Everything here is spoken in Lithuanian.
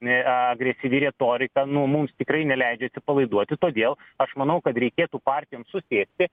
ne agresyvi retorika nu mums tikrai neleidžia atsipalaiduoti todėl aš manau kad reikėtų partijoms susėsti